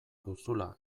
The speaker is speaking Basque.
duzula